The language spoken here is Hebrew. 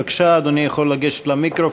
בבקשה, אדוני יכול לגשת למיקרופון.